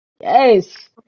Yes